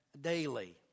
daily